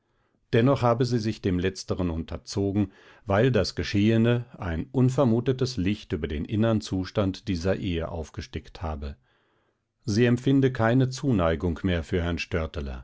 dennoch habe sie sich dem letztern unterzogen weil das geschehene ein unvermutetes licht über den innern zustand dieser ehe aufgesteckt habe sie empfinde keine zuneigung mehr für herrn